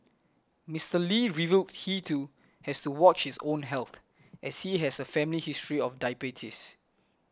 Mister Lee revealed he too has to watch his own health as he has a family history of diabetes